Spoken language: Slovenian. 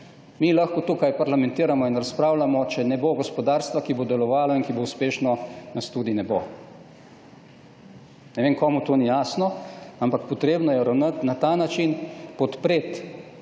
Mi lahko tu parlamentiramo in razpravljamo, če ne bo gospodarstva, ki bo delovalo in bo uspešno, nas tudi ne bo. Ne vem, komu to ni jasno. Ampak treba je ravnati na ta način, podpreti